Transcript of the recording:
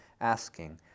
asking